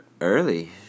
early